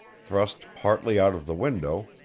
thrust partly out of the window,